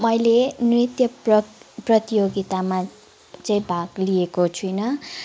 मैले नृत्य प्रति प्रतियोगितामा चाहिँ भाग लिएको छुइनँ